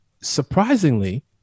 surprisingly